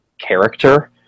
character